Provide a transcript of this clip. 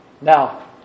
Now